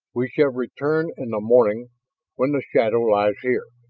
we shall return in the morning when the shadow lies here.